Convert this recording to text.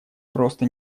просто